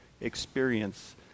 experience